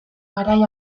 garai